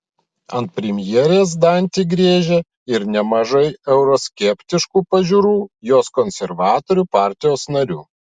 ant premjerės dantį griežia ir nemažai euroskeptiškų pažiūrų jos konservatorių partijos narių